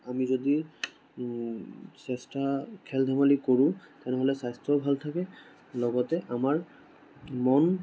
আমি যদি চেষ্টা খেল ধেমালি কৰোঁ তেনেহ'লে স্বাস্থ্যও ভালে থাকে লগতে আমাৰ মন